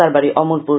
তার বাড়ি অমরপুর